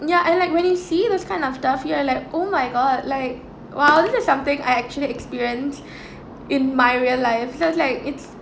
ya and like when you see those kind of stuff you are like oh my god like !wow! this is something I actually experience in my real life so it was like it's